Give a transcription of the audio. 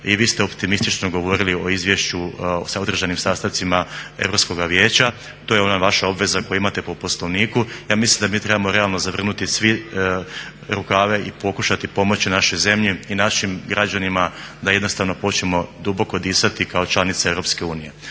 i vi ste optimistično govorili o Izvješću sa održanim sastancima Europskoga vijeća. To je ona vaša obveza koju imate po Poslovniku. Ja mislim da mi trebamo realno zavrnuti svi rukave i pokušati pomoći našoj zemlji i našim građanima da jednostavno počnemo duboko disati kao članica Europske unije.